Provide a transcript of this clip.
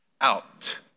out